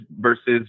versus